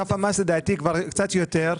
סף המס לדעתי כבר קצת יותר.